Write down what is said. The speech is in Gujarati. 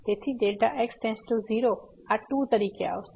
તેથી x→0 આ 2 તરીકે આવશે